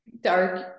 dark